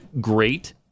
great